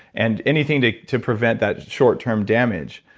and anything to to prevent that short term damage.